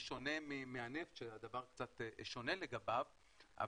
בשונה מהנפט, שהדבר קצת שונה לגביו.